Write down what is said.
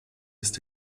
ist